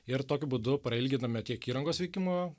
ir tokiu būdu prailginame tiek įrangos veikimo